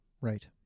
Right